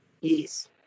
Yes